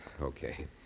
Okay